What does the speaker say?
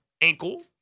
ankle